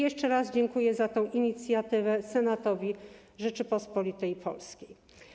Jeszcze raz dziękuję za tę inicjatywę Senatowi Rzeczypospolitej Polskiej.